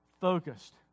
focused